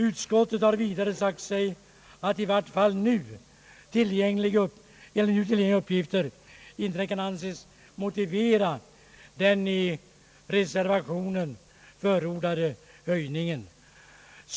Utskottet anser vidare att det i vart fall nu, enligt tillgängliga uppgifter, inte kan vara motiverat med den i reserva tionen förordade höjningen.